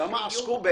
כמה עסקו,